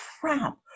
crap